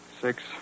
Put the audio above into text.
Six